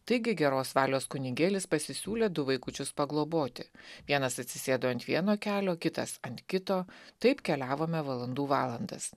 taigi geros valios kunigėlis pasisiūlė du vaikučius pagloboti vienas atsisėdo ant vieno kelio kitas ant kito taip keliavome valandų valandas